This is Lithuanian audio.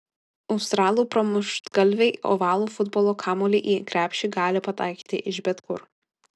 australų pramuštgalviai ovalų futbolo kamuolį į krepšį gali pataikyti iš bet kur